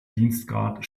dienstgrad